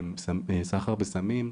סחר בסמים,